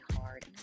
hard